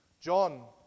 John